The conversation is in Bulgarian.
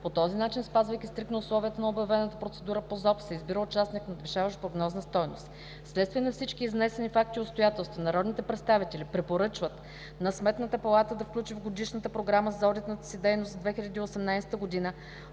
По този начин, спазвайки стриктно условията на обявената процедура по Закона за обществените поръчки, се избира участник, надвишил прогнозната стойност Вследствие на всички изнесени факти и обстоятелства, народните представители препоръчват на Сметната палата да включи в годишната програма за одитната си дейност за 2018 г.